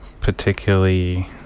particularly